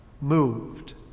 moved